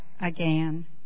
again